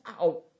out